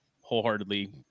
wholeheartedly